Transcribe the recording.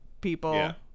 people